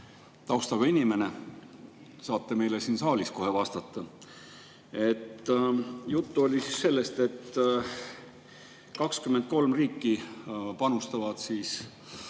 taustaga inimene saate meile siin saalis kohe vastata. Juttu oli sellest, et 23 riiki panustavad